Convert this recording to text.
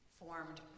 formed